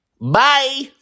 Bye